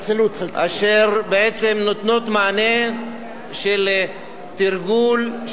אשר בעצם נותנים מענה של תרגול,